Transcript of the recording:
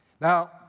Now